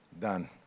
Done